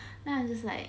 then I'm just like